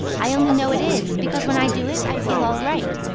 i only know it is, because when i do it i feel all right,